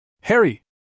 Harry